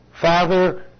Father